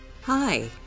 Hi